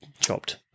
chopped